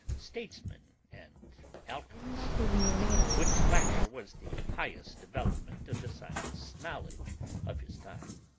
statesman, and alchemist which latter was the highest development of the science-knowledge of his time.